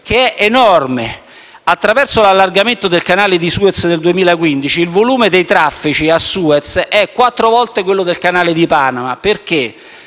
Medioriente. Attraverso l'allargamento del Canale di Suez del 2015, il volume dei traffici a Suez è quattro volte quello del Canale di Panama. Questo